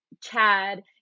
Chad